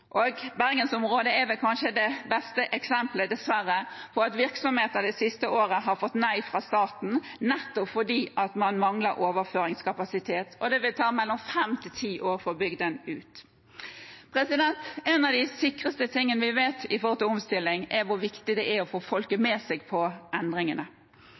Bergensområdet er vel kanskje det beste eksempelet, dessverre, på at virksomheter det siste året har fått nei fra staten, nettopp fordi man mangler overføringskapasitet, og det vil ta mellom fem og ti år å få bygd den ut. En av de sikreste tingene vi vet med tanke på omstilling, er hvor viktig det er å få folket med seg på endringene.